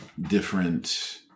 different